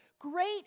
great